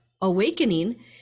awakening